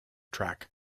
track